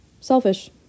selfish